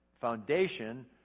foundation